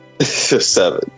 Seven